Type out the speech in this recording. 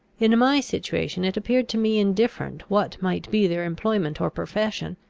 in my situation it appeared to me indifferent what might be their employment or profession.